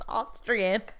Austrian